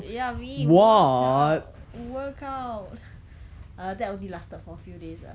ya me workout workout uh that only lasted for a few days ah